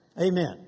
Amen